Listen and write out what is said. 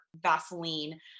Vaseline